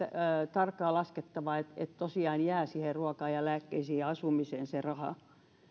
tarkkaan laskettava että että tosiaan jää siihen ruokaan ja lääkkeisiin ja asumiseen se raha